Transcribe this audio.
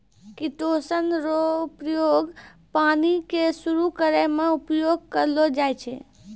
chitosan रो उपयोग पानी के शुद्ध करै मे उपयोग करलो जाय छै